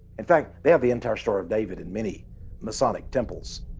in fact, they have the entire star of david in many masonic temples.